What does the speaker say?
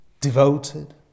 devoted